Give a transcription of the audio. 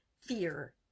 fear